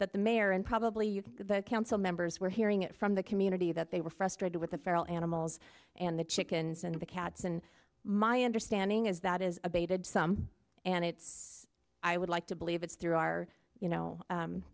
that the mayor and probably you the council members were hearing it from the community that they were frustrated with the feral animals and the chickens and the cats and my understanding is that is abated some and it's i would like to believe it's through our you know